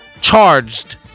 charged